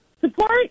Support